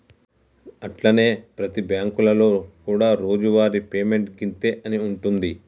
అట్లనే ప్రతి బ్యాంకులలో కూడా రోజువారి పేమెంట్ గింతే అని ఉంటుంది